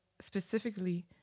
specifically